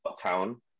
Town